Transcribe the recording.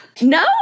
no